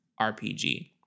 RPG